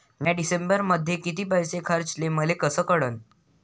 म्या डिसेंबरमध्ये कितीक पैसे खर्चले मले कस कळन?